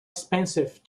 expensive